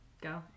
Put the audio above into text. go